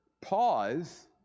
pause